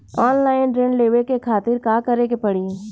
Online ऋण लेवे के खातिर का करे के पड़ी?